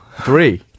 Three